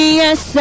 yes